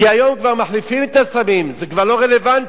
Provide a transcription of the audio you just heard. כי היום כבר מחליפים את הסמים, זה כבר לא רלוונטי.